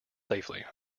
safely